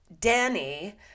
Danny